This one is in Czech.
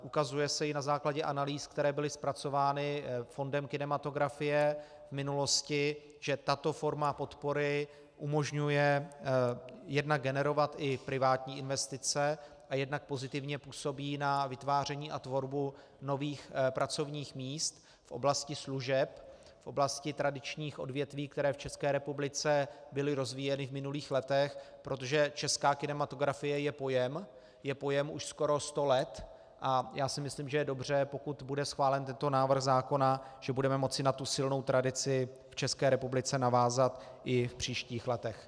Ukazuje se i na základě analýz, které byly zpracovány fondem kinematografie v minulosti, že tato forma podpory umožňuje jednak generovat i privátní investice a jednak pozitivně působí na vytváření a tvorbu nových pracovních míst v oblasti služeb, v oblasti tradičních odvětví, která v České republice byla rozvíjena v minulých letech, protože česká kinematografie je pojem, je pojem už skoro sto let, a já si myslím, že je dobře, pokud bude schválen tento návrh zákona, že budeme moci na tu silnou tradici v České republice navázat i v příštích letech.